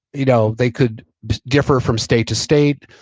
you know they could differ from state to state.